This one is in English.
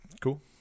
cool